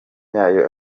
yayo